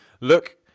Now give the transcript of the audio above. look